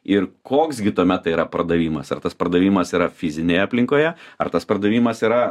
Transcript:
ir koks gi tuomet tai yra pardavimas ar tas pardavimas yra fizinėje aplinkoje ar tas pardavimas yra